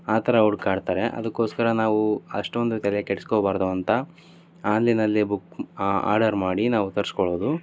ಆ ಥರ ಹುಡ್ಕಾಡ್ತಾರೆ ಅದಕ್ಕೋಸ್ಕರ ನಾವು ಅಷ್ಟೊಂದು ತಲೆ ಕೆಡಿಸ್ಕೋಬಾರ್ದು ಅಂತ ಆನ್ಲೈನಲ್ಲೇ ಬುಕ್ ಆರ್ಡರ್ ಮಾಡಿ ನಾವು ತರಿಸ್ಕೊಳ್ಳೋದು